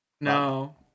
No